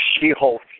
She-Hulk